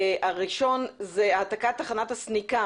הראשון זה העתקת תחנת הסניקה